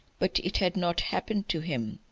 but it had not happened to him,